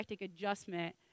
adjustment